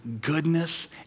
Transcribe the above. goodness